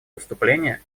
выступление